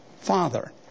father